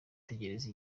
tegereza